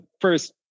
first